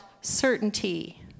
certainty